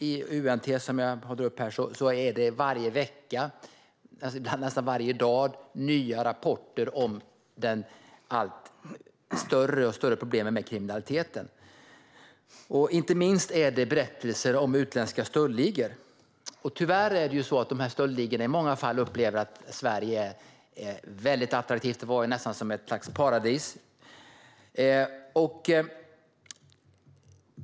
I UNT kommer nästan varje dag med nya rapporter om det allt större problemet med kriminaliteten. Inte minst handlar det om utländska stöldligor. Tyvärr upplever stöldligorna att Sverige är attraktivt att operera i, det är nästan som ett slags paradis.